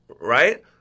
Right